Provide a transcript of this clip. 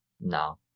No